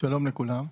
שלום לכולם,